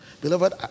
Beloved